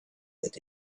that